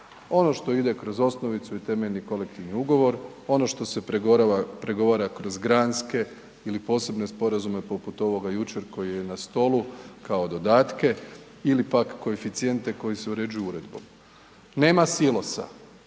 Ono što ide kroz osnovicu i temeljni kolektivni ugovor, ono što se pregovara kroz granske ili posebne sporazume poput ovoga jučer koji je na stolu kao dodatke ili pak koeficijente koji se uređuju uredbom, nema silosa,